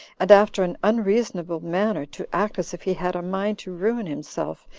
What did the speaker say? and after an unreasonable manner to act as if he had a mind to ruin himself,